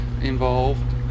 involved